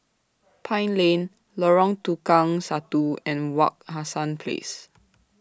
Pine Lane Lorong Tukang Satu and Wak Hassan Place